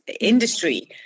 industry